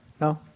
No